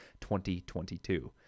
2022